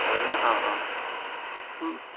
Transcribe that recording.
हागोन ना अह अह